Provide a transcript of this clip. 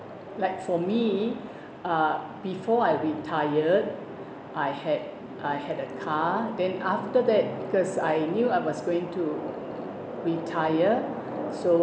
like for me uh before I retired I had I had a car then after that because I knew I was going to retire so